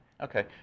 Okay